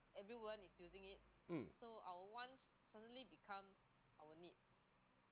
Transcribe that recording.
mm